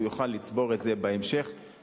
כיום הוא יוכל לצבור פרק זמן זה כתקופת אכשרה.